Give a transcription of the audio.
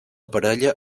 parella